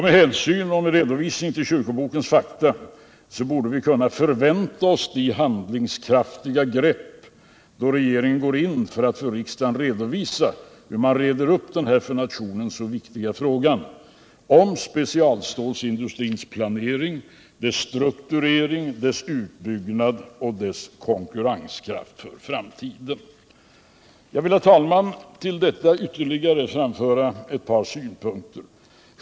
Med hänvisning till kyrkobokens fakta borde vi kunna förvänta oss handlingskraftiga grepp då regeringen går att för riksdagen redovisa hur man reder upp den för nationen så viktiga frågan om specialstålindustrins planering, dess strukturering, dess utbyggnad och dess konkurrenskraft för framtiden. Jag vill, herr talman, till detta ytterligare framföra ett par synpunkter.